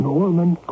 Norman